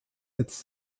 its